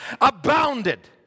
Abounded